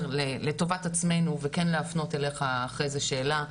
לטובת עצמנו וכן להפנות אליך אחרי זה שאלה,